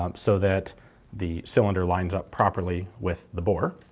um so that the cylinder lines up properly with the bore.